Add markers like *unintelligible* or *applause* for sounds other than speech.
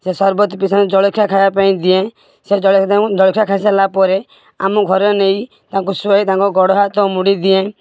ସେ ସର୍ବତ ପିଇ ସାରିଲେ ଜଳଖିଆ ଖାଇବା ପାଇଁ ଦିଏଁ ସେ ଜଳଖିଆ *unintelligible* ଜଳଖିଆ ଖାଇସାରିଲା ପରେ ଆମ ଘରେ ନେଇ ତାଙ୍କୁ ଶୁଆଇ ତାଙ୍କ ଗୋଡ଼ ହାତ ମୋଡ଼ି ଦିଏଁ